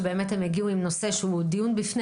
שבאמת הם הגיעו עם נושא שהוא דיון בפני